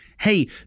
Hey